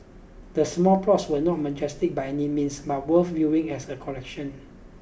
the small plots were not majestic by any means but worth viewing as a collection